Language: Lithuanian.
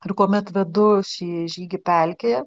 ir kuomet vedu šį žygį pelkėje